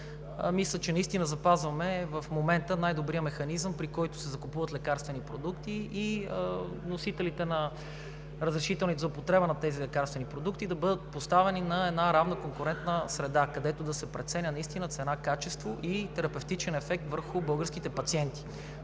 мисля, че запазваме в момента най-добрия механизъм, при който се закупуват лекарствени продукти и вносителите на разрешителните за употреба на тези лекарствени продукти да бъдат поставени на една равна конкурентна среда, където да се преценява цена, качество и терапевтичен ефект върху българските пациенти.